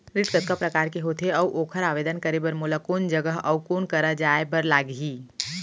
ऋण कतका प्रकार के होथे अऊ ओखर आवेदन करे बर मोला कोन जगह अऊ कोन करा जाए बर लागही?